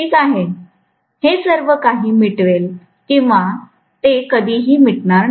ठीक आहे हे सर्व काही मिटवेल किंवा ते कधी ही मिटणार नाही